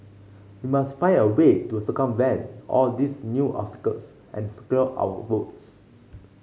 we must find a way to circumvent all these new obstacles and secure our votes